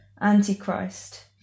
Antichrist